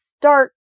start